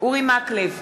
אורי מקלב,